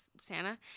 santa